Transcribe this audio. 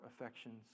affections